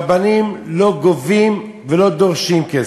רבנים לא גובים ולא דורשים כסף,